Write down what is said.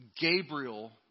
Gabriel